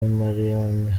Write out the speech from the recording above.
marion